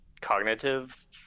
cognitive